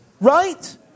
right